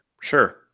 sure